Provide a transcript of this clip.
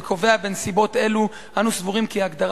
וקובע: "בנסיבות אלו אנו סבורים כי ההגדרה